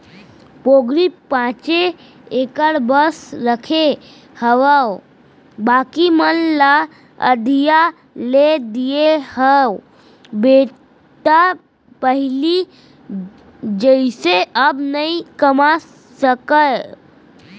पोगरी पॉंचे एकड़ बस रखे हावव बाकी मन ल अधिया दे दिये हँव बेटा पहिली जइसे अब नइ कमा सकव